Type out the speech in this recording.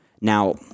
Now